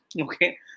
Okay